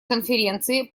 конференции